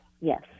yes